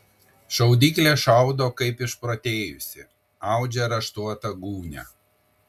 šaudyklė šaudo kaip išprotėjusi audžia raštuotą gūnią